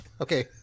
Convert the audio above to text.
Okay